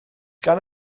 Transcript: gan